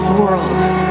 worlds